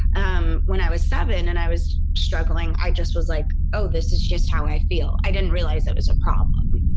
um when i was seven and i was struggling, i just was like, oh, this is just how i feel. i didn't realize it was a problem.